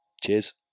Cheers